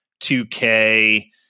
2k